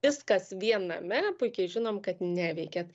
viskas viename puikiai žinom kad neveikia